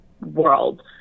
world